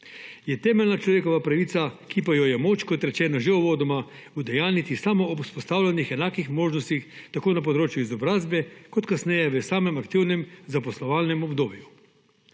Je temeljna človekova pravica, ki pa jo je moč, kot rečeno že uvodoma, udejaniti samo ob vzpostavljenih enakih možnostih tako na področju izobrazbe kot kasneje v samem aktivnem zaposlovalnem obdobju.